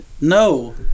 No